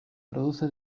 produce